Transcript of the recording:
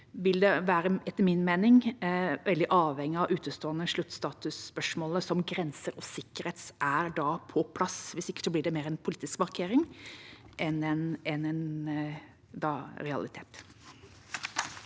vil det etter min mening være veldig avhengig av at det utestående sluttstatusspørsmålet, som grenser og sikkerhet, er på plass. Hvis ikke blir det mer en politisk markering enn en realitet.